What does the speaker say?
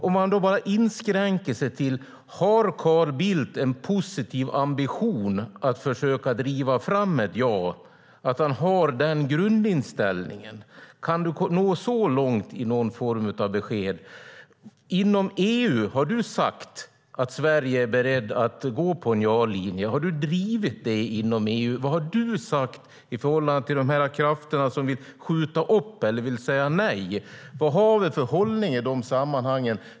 Jag kan inskränka mig till frågan om Carl Bildt har en positiv ambition att försöka driva fram ett ja, att han har den grundinställningen. Kan du nå så långt i någon form av besked? Inom EU, har du sagt att Sverige är berett att gå på en ja-linje? Har du drivit det inom EU? Vad har du sagt i förhållande till de krafter som vill skjuta upp det eller vill säga nej? Vad har du för hållning i de sammanhangen?